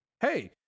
Hey